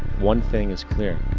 one thing is clear.